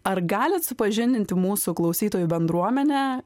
ar galit supažindinti mūsų klausytojų bendruomenę